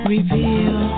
Reveal